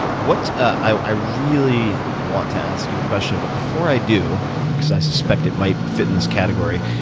what i really want to ask you a question, but before i do because i suspect it might fit in this category,